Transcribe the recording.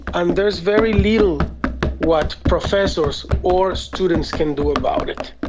and there's very little what professors or students can do about it.